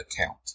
account